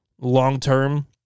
long-term